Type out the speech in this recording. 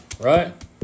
right